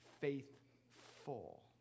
faithful